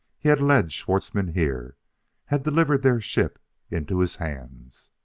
he had led schwartzmann here had delivered their ship into his hands